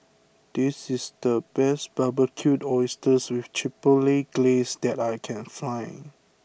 this is the best Barbecued Oysters with Chipotle Glaze that I can find